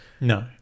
No